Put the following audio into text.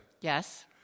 Yes